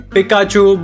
Pikachu